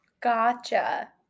Gotcha